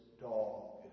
dog